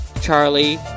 Charlie